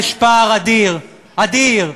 יש פער אדיר, אדיר,